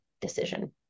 decision